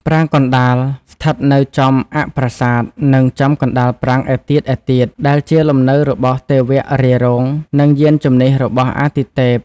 ប្រាង្គកណ្តាលស្ថិតនៅចំអ័ក្សប្រាសាទ និងចំកណ្តាលប្រាង្គឯទៀតៗ ដែលជាលំនៅរបស់ទេវៈរាយរង និងយានជំនិះរបស់អាទិទេព។